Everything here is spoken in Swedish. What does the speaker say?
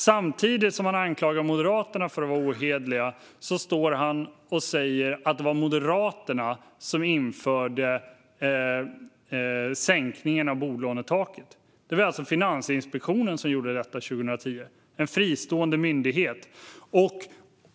Samtidigt som han anklagar Moderaterna för att vara ohederliga står han och säger att det var Moderaterna som införde sänkningen av bolånetaket. Det var Finansinspektionen - en fristående myndighet - som gjorde detta 2010.